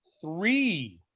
three